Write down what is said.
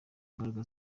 imbaraga